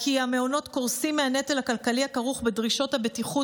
כי המעונות קורסים מהנטל הכלכלי הכרוך בדרישות הבטיחות,